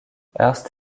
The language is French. hearst